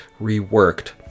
reworked